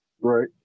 Right